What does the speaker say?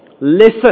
Listen